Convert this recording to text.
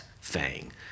fang